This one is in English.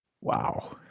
wow